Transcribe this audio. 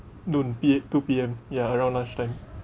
noon be it two P_M ya around lunchtime